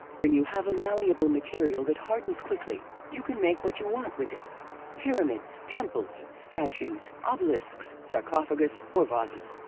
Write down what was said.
when you have a malleable material that hardens quickly, you can make what you want with it pyramids, temples, statues, obelisks, sarcophagus or vases.